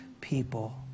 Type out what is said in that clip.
people